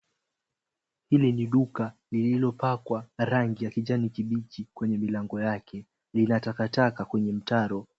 Hili ni duka lililopakwa rangi ya kijani kibichi kwenye milango yake. Lina takataka kwenye mtaro.